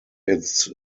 its